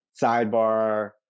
Sidebar